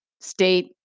state